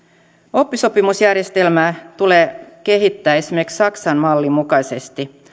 oppisopimusjärjestelmää tulee kehittää esimerkiksi saksan mallin mukaisesti